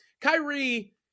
Kyrie –